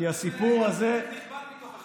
כי הסיפור הזה, אתם הייתם חלק נכבד מתוך ה-12 שנה.